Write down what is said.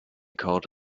called